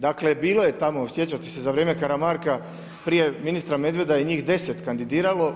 Dakle, bilo je tamo, sjećate se za vrijem Karamarka prije ministra Medveda je njih 10 kandidiralo.